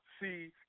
see